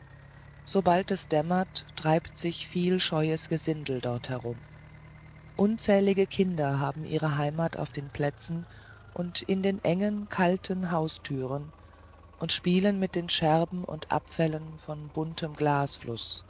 sobald es dämmert treibt sich viel scheues gesindel dort herum unzählige kinder haben ihre heimat auf den plätzen und in den engen kalten haustüren und spielen mit den scherben und abfällen von buntem